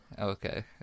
Okay